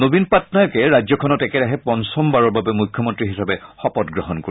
নবীন পাটনায়কে ৰাজ্যখনত একেৰাহে পঞ্চম বাৰৰ বাবে মুখ্যমন্তী হিচাপে শপত গ্ৰহণ কৰিব